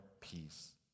peace